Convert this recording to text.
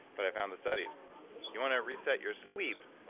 but i found the studies you want to reset your sleep,